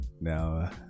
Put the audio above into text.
now